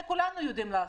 את זה כולנו יודעים לעשות.